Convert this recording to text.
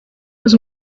was